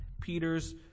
Peter's